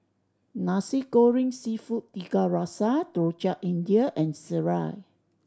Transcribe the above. Nasi Goreng Seafood Tiga Rasa Rojak India and sireh